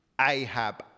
Ahab